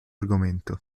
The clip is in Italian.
argomento